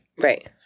Right